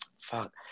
fuck